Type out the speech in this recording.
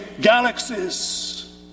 galaxies